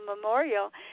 memorial